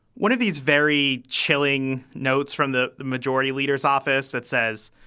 one of these very chilling notes from the majority leader's office that says